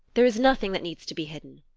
there is nothing that needs to be hidden.